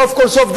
סוף כל סוף,